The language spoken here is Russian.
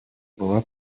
была